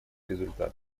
результаты